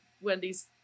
Wendy's